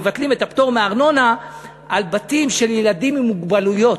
שמבטלים את הפטור מארנונה על בתים של ילדים עם מוגבלויות,